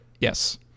Yes